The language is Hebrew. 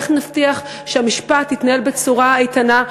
איך נבטיח שהמשפט יתנהל בצורה איתנה?